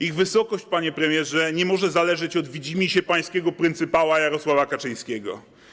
Ich wysokość, panie premierze, nie może zależeć od widzimisię pańskiego pryncypała Jarosława Kaczyńskiego.